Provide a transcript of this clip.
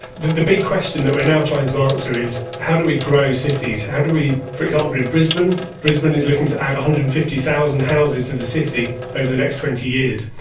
the the big question that we're now trying to answer is how do we grow cities? how do we, for example in brisbane, brisbane is looking to add one hundred and fifty thousand houses to the city over the next twenty years.